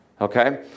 Okay